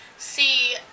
See